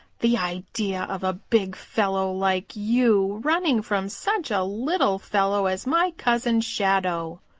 the idea of a big fellow like you running from such a little fellow as my cousin shadow!